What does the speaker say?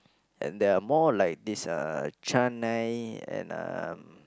and there are more like this uh Chennai and um